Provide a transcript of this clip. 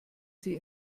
sie